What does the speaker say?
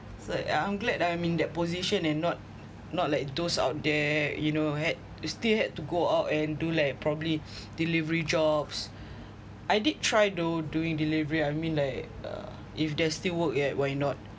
so I'm glad that I'm in that position and not not like those out there you know had it's still had to go out and do like probably delivery jobs I did try though doing delivery I mean like if they're still work at why not